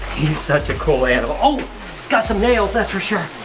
he's such a cool animal. oh, he's got some nails, that's for sure.